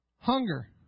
Hunger